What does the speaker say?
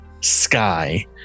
sky